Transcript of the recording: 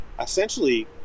essentially